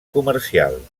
comercial